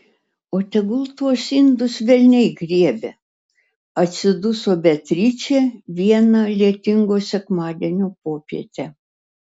o tegul tuos indus velniai griebia atsiduso beatričė vieną lietingo sekmadienio popietę